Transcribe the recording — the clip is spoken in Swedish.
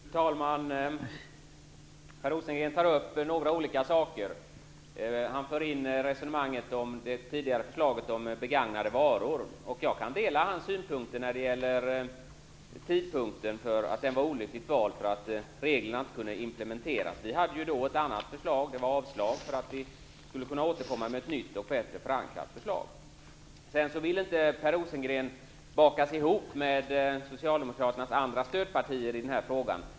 Fru talman! Per Rosengren tar upp några olika saker. Han för in resonemanget om det tidigare förslaget om begagnade varor. Jag kan dela hans synpunkt när det gäller tidpunkten. Den var olyckligt vald, eftersom reglerna inte kunde implementeras. Vi hade då ett annat förslag, nämligen avslag för att man skulle kunna återkomma med ett nytt och bättre förankrat förslag. Sedan ville inte Per Rosengren bakas ihop med socialdemokraternas övriga stödpartier i den här frågan.